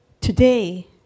Today